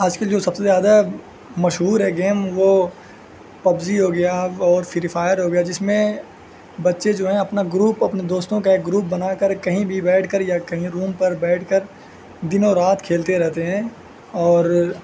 آج کے جو سب سے زیادہ مشہور ہے گیم وہ پبجی ہو گیا اور فری فائر ہو گیا جس میں بچے جو ہیں اپنا گروپ اپنے دوستوں کا ایک گروپ بنا کر کہیں بھی بیٹھ کر یا کہیں روم پر بیٹھ کر دنوں رات کھیلتے رہتے ہیں اور